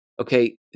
Okay